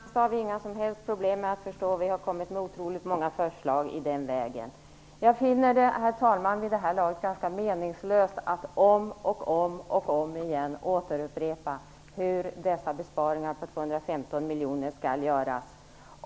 Herr talman! Det senaste har vi inga som helst problem med att förstå. Vi har kommit med otroligt många förslag i den vägen. Vid det här laget finner jag det ganska meningslöst att om och omigen återupprepa hur dessa besparingar på 215 miljoner skall göras.